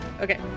Okay